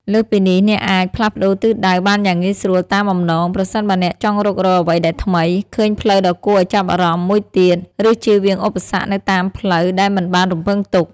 លើសពីនេះ អ្នកអាច ផ្លាស់ប្ដូរទិសដៅបានយ៉ាងងាយស្រួលតាមបំណង ប្រសិនបើអ្នកចង់រុករកអ្វីដែលថ្មី ឃើញផ្លូវដ៏គួរឱ្យចាប់អារម្មណ៍មួយទៀត ឬជៀសវាងឧបសគ្គនៅតាមផ្លូវដែលមិនបានរំពឹងទុក។